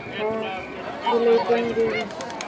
ᱦᱮᱸ ᱞᱟᱹᱭ ᱟᱠᱩᱣᱟᱹᱧ ᱡᱮ